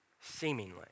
seemingly